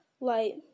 light